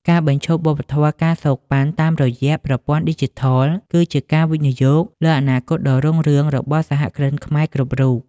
ការបញ្ឈប់វប្បធម៌ ការសូកប៉ាន់ តាមរយៈប្រព័ន្ធឌីជីថល គឺជាការវិនិយោគលើអនាគតដ៏រុងរឿងរបស់សហគ្រិនខ្មែរគ្រប់រូប។